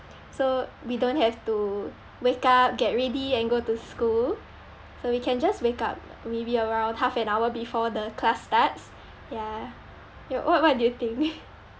so we don't have to wake up get ready and go to school so we can just wake up maybe around half an hour before the class starts ya what what do you think